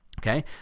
Okay